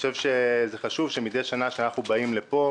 חשוב שמידי שנה כשאנחנו באים לפה,